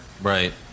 Right